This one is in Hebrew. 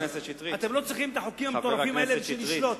אתם לא צריכים את החוקים המטורפים האלה בשביל לשלוט,